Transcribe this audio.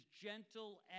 gentle